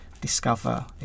discover